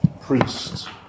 priest